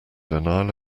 denial